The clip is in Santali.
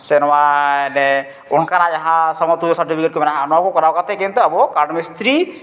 ᱥᱮ ᱱᱚᱣᱟᱨᱮ ᱚᱱᱠᱟᱱᱟᱜ ᱡᱟᱦᱟᱸ ᱥᱚᱢᱚ ᱛᱩᱞᱞᱚ ᱥᱟᱨᱴᱚᱯᱷᱤᱠᱮᱴ ᱠᱚ ᱢᱮᱱᱟᱜᱼᱟ ᱱᱚᱣᱟ ᱠᱚ ᱠᱚᱨᱟᱣ ᱠᱟᱛᱮᱫ ᱠᱤᱱᱛᱩ ᱟᱵᱚ ᱫᱚ ᱠᱟᱴᱷ ᱢᱤᱥᱛᱨᱤ